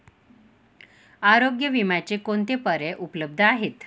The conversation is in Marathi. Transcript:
आरोग्य विम्याचे कोणते पर्याय उपलब्ध आहेत?